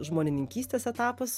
žmonininkystės etapas